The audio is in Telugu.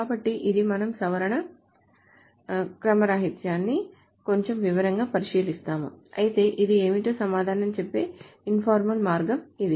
కాబట్టి ఇది మనం సవరణ క్రమరాహిత్యాన్ని కొంచెం వివరంగా పరిశీలిస్తాము అయితే ఇది ఏమిటో సమాధానం చెప్పే ఇన్ఫార్మల్ మార్గం ఇది